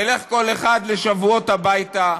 נלך כל אחד לשבועות הביתה,